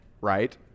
right